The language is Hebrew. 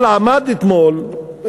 אבל עמד אתמול,